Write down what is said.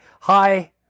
Hi